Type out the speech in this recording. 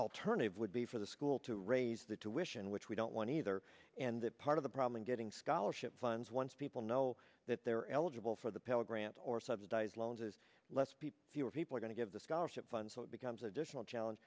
alternative would be for the school to raise that to wish and which we don't want either and that part of the problem getting scholarship funds once people know that they're eligible for the pell grant or subsidized loans is let's be fewer people going to give the scholarship fund so it becomes additional challenge